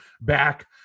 back